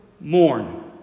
mourn